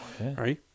Right